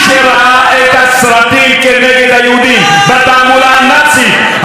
מי שראה את הסרטים כנגד היהודים בתעמולה הנאצית,